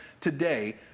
today